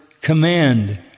command